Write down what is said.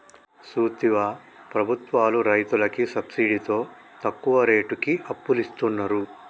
సూత్తివా ప్రభుత్వాలు రైతులకి సబ్సిడితో తక్కువ రేటుకి అప్పులిస్తున్నరు